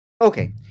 Okay